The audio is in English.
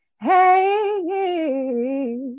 Hey